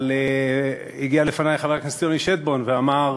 אבל הגיע לפני חבר הכנסת יוני שטבון ואמר